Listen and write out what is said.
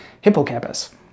hippocampus